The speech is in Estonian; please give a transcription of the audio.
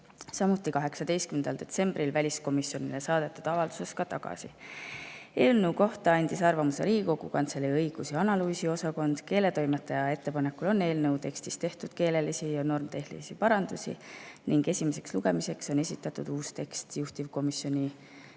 võeti 18. detsembril väliskomisjonile saadetud avalduses tagasi. Eelnõu kohta andis arvamuse Riigikogu Kantselei õigus‑ ja analüüsiosakond. Keeletoimetaja ettepanekul on eelnõu tekstis tehtud keelelisi ja normitehnilisi parandusi ning esimeseks lugemiseks on esitatud uus tekst ja juhtivkomisjoni